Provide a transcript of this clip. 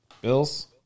Bills